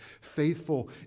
Faithful